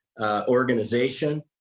organization